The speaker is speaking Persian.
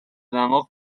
دماغ